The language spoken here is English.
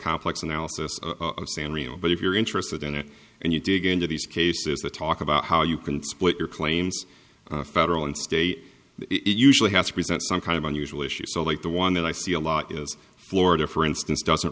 complex analysis of san marino but if you're interested in it and you dig into these cases the talk about how you can split your claims federal and state it usually has to present some kind of unusual issue so like the one that i see a lot is florida for instance doesn't